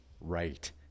right